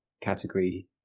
category